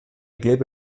gelbe